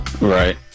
right